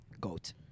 Goat